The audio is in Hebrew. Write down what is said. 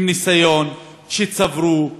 עם הניסיון שצברו,